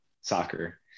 soccer